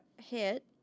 hit